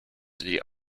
die